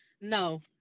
No